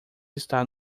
está